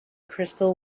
crystal